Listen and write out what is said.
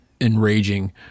enraging